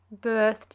birthed